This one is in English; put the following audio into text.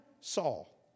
Saul